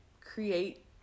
create